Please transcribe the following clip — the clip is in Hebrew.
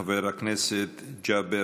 חבר הכנסת ניצן הורביץ,